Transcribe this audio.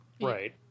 Right